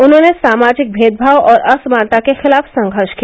उन्होंने सामाजिक भेदभाव और असमानता के खिलाफ संघर्ष किया